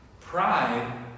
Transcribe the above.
Pride